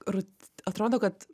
rut atrodo kad